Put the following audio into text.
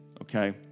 okay